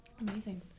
Amazing